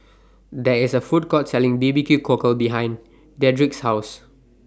There IS A Food Court Selling B B Q Cockle behind Dedric's House